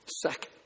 Second